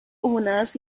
owners